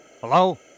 Hello